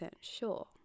sure